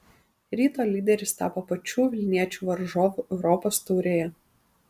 ryto lyderis tapo pačių vilniečių varžovu europos taurėje